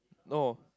no